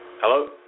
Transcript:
Hello